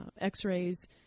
x-rays